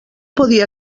podia